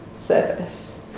service